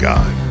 God